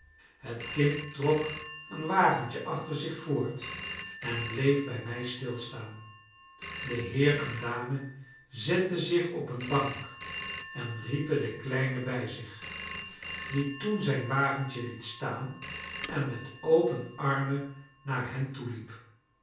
het kind trok een wagentje achter zich voort en bleef bij mij stilstaan de heer en dame zetten zich op een bank en riepen den kleine bij zich die toen zijn wagentje liet staan en met open armen naar hen toeliep